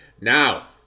Now